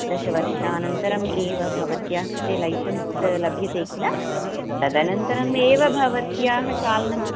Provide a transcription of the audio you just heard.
दशवर्षानन्तरम् एव भवत्याः कृते लैसेन्स् लभ्यते किल तदनन्तरमेव भवत्याः चालनम्